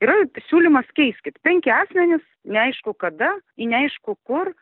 yra siūlymas keiskit penki asmenys neaišku kada į neaišku kur